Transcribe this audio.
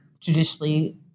traditionally